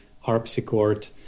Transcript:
harpsichord